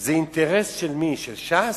זה אינטרס של מי, של ש"ס?